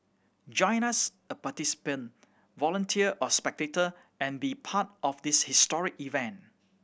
join us a participant volunteer or spectator and be part of this historic event